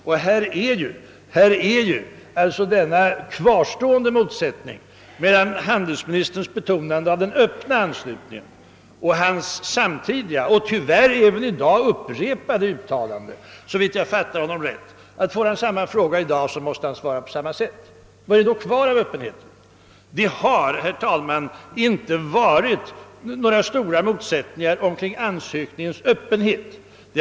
Och här kvarstår ju motsättningen mellan handelsministerns betonande av att frågan om anslutningsformen skall hållas öppen och hans samtidiga uttalande om associering. Tyvärr säger handelsministern att om han får samma fråga i dag, så måste han svara på samma sätt. Vad är då kvar av den öppna ansökan? Det har, herr talman, inte rått några stora motsättningar rörande detta med att hålla frågan om anslutningsformen öppen.